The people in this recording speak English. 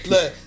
Look